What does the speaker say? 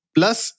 Plus